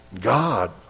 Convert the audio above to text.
God